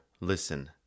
listen